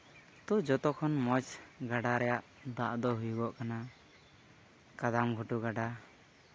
ᱛᱚ ᱡᱚᱛᱚᱠᱷᱚᱱ ᱢᱚᱡᱽ ᱜᱟᱰᱟ ᱨᱮᱭᱟᱜ ᱫᱟᱜ ᱫᱚ ᱦᱩᱭᱩᱜᱚᱜ ᱠᱟᱱᱟ ᱠᱟᱫᱟᱢ ᱜᱷᱩᱴᱩ ᱜᱟᱰᱟ